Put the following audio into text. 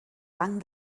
banc